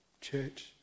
Church